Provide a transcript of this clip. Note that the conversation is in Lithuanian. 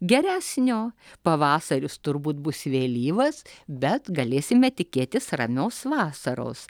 geresnio pavasaris turbūt bus vėlyvas bet galėsime tikėtis ramios vasaros